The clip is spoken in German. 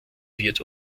wird